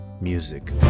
music